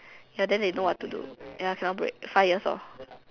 ya then they know what to do ya cannot break five years lor